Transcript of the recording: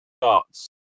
starts